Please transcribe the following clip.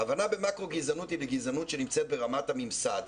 הכוונה במקרו גזענות היא לגזענות שנמצאת ברמת הממסד,